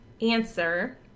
answer